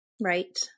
Right